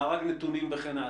מארג נתונים וכן הלאה.